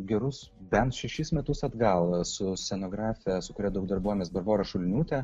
gerus bent šešis metus atgal su scenografe su kuria daug darbuojamės barbora šulniūte